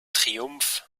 triumph